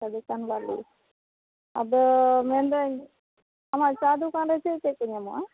ᱪᱟ ᱫᱚᱠᱟᱱ ᱵᱟᱹᱞᱤ ᱟᱫᱚ ᱢᱮᱱᱫᱟᱹᱧ ᱟᱢᱟᱜ ᱪᱟ ᱫᱚᱠᱟᱱ ᱨᱮ ᱪᱮᱫ ᱪᱮᱫ ᱠᱚ ᱧᱟᱢᱚᱜᱼᱟ